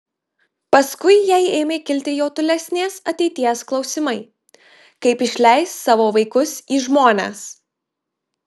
paskui jai ėmė kilti jau tolesnės ateities klausimai kaip išleis savo vaikus į žmones